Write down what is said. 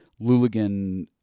Luligan